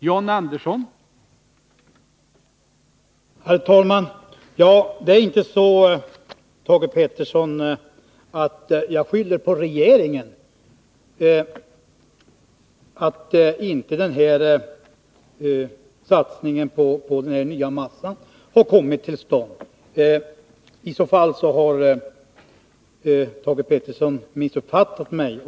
Herr talman! Det är inte så, Thage Peterson, att jag skyller på regeringen att någon satsning på en ny massafabrik inte har kommit till stånd. Om Thage Peterson tror det har han missuppfattat mig.